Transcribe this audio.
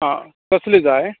आं कसलीं जाय